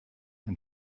and